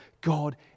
God